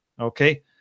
Okay